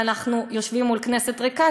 ואנחנו יושבים מול כנסת ריקה,